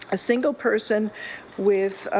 a single person with